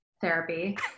therapy